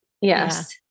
Yes